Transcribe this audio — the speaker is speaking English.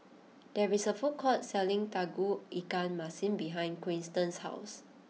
there is a food court selling Tauge Ikan Masin behind Quinten's house